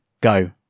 Go